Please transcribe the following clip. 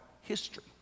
history